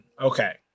okay